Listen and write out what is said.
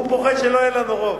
הוא מפחד שלא יהיה לנו רוב.